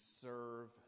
serve